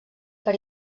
per